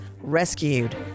rescued